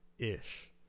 Ish